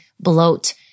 bloat